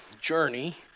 journey